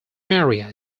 maria